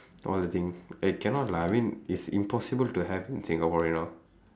all the things eh cannot lah I mean it's impossible to have in singapore you know